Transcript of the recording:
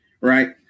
right